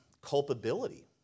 culpability